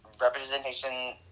representation